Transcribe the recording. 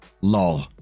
lol